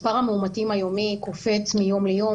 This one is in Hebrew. מספר המאומתים היומי קופץ מיום ליום